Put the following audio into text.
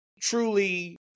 truly